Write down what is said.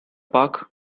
park